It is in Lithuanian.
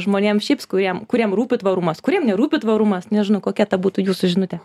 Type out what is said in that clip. žmonėms šiaips kuriem kuriem rūpi tvarumas kuriem nerūpi tvarumas nežinau kokia ta būtų jūsų žinutė